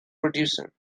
producer